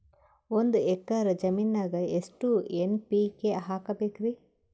ಒಂದ್ ಎಕ್ಕರ ಜಮೀನಗ ಎಷ್ಟು ಎನ್.ಪಿ.ಕೆ ಹಾಕಬೇಕರಿ?